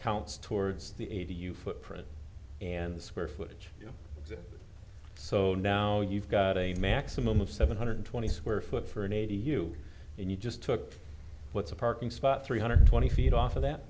counts towards the eighty you footprint and the square footage so now you've got a maximum of seven hundred twenty square foot for an eighty you and you just took what's a parking spot three hundred twenty feet off of that